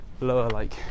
lower-like